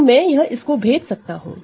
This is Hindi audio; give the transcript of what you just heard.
तो मैं यह इसको भेज सकता हूं